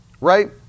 right